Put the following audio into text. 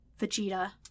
Vegeta